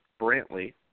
Brantley